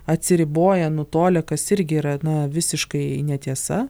atsiriboję nutolę kas irgi yra na visiškai netiesa